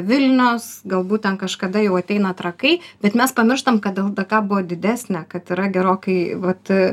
vilnius galbūt ten kažkada jau ateina trakai bet mes pamirštam kad ldk buvo didesnė kad yra gerokai vat